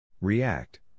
React